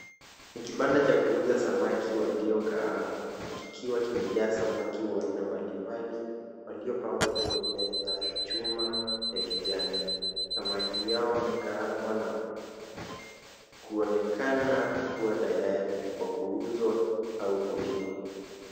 Ni kibanda cha kuuza samaki waliokaangwa kikiwa kimejaza samaki wa aina mbalimbali waliopangwa juu ya meza ya chuma ya kijani. Samaki hawa wamekaangwa na kuonekana kuwa tayari kwa kuuzwa au kuliwa.